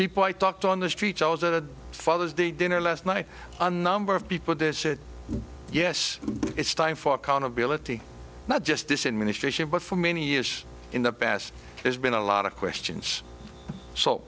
people i talked to on the streets i was a father's day dinner last night a number of people there said yes it's time for accountability not just this administration but for many years in the past there's been a lot of questions so